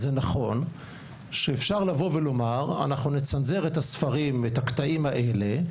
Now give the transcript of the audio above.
זה נכון שאפשר לבוא ולומר שאנחנו נצנזר את הספרים ואת הקטעים האלה,